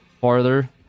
farther